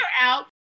out